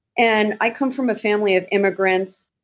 and i come from a family of immigrants.